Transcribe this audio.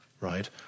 right